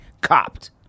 copped